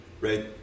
right